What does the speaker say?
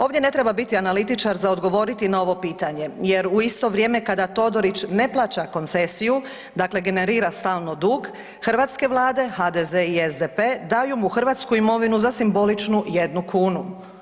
Ovdje ne treba biti analitičar za odgovoriti na ovo pitanje jer u isto vrijeme kada Todorić ne plaća koncesiju, dakle, generira stalno dug, hrvatske vlade, HDZ i SDP daju mu hrvatsku imovinu za simboličnu jednu kunu.